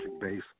base